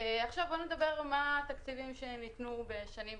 עכשיו בואו נדבר על התקציבים שניתנו בשנים קודמות.